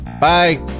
Bye